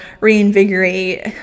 reinvigorate